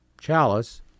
chalice